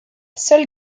seul